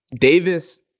Davis